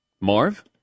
Marv